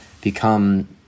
become